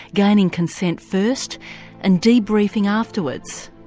gaining consent first and debriefing afterwards.